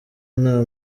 nta